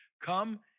come